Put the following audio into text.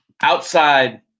Outside